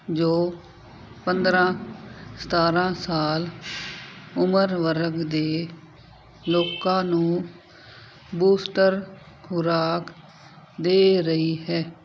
ਜੋ ਪੰਦਰਾਂ ਸਤਾਰਾਂ ਸਾਲ ਉਮਰ ਵਰਗ ਦੇ ਲੋਕਾਂ ਨੂੰ ਬੂਸਟਰ ਖੁਰਾਕ ਦੇ ਰਹੀ ਹੈ